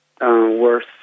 worse